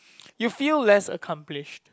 you feel less accomplished